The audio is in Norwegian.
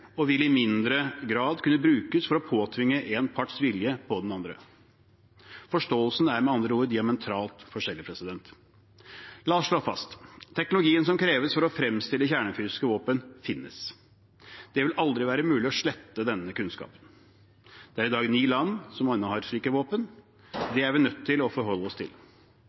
og vil i mindre grad kunne brukes for å påtvinge én parts vilje på den andre. Forståelsen er med andre ord diametralt forskjellig. La oss slå fast: Teknologien som kreves for å fremstille kjernefysiske våpen, finnes. Det vil aldri være mulig å slette denne kunnskapen. Det er i dag ni land som har slike våpen, det er vi nødt til å forholde oss til.